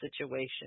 situation